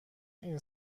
این